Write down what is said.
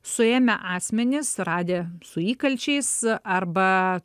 suėmę asmenis radę su įkalčiais arba